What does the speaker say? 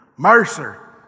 Mercer